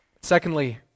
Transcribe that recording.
Secondly